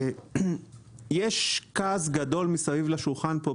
יש כעס גדול מסביב לשולחן פה,